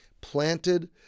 Planted